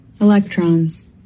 Electrons